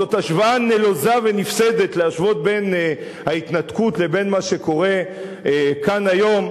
זאת השוואה נלוזה ונפסדת להשוות בין ההתנתקות לבין מה שקורה כאן היום.